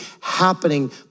happening